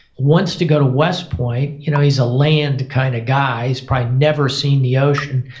wants to go to west point, you know he's a land kind of guy. he's probably never seen the ocean.